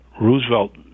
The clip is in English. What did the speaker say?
roosevelt